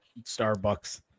Starbucks